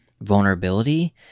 vulnerability